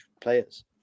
players